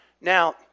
Now